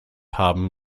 haben